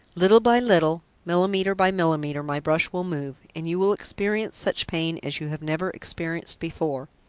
little by little, millimetre by millimetre my brush will move, and you will experience such pain as you have never experienced before.